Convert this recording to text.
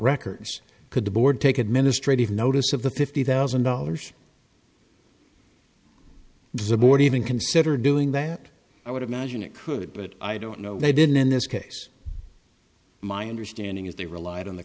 records could the board take administrative notice of the fifty thousand dollars the board even consider doing that i would imagine it could but i don't know they didn't in this case my understanding is they relied on the